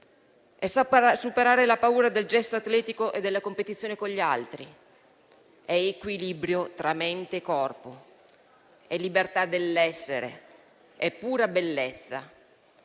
superare la paura del gesto atletico e della competizione con gli altri. È equilibrio tra mente e corpo. È libertà dell'essere. È pura bellezza.